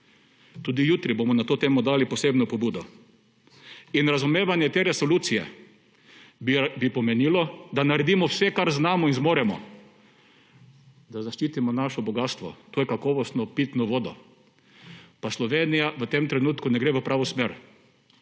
Tudi jutri bomo na to temo dali posebno pobudo. In razumevanje te resolucije bi pomenilo, da naredimo vse, kar znamo in zmoremo, da zaščitimo naše bogastvo, to je kakovostno pitno vodo. Pa Slovenija v tem trenutku ne gre v pravo smer,